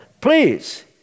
Please